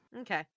Okay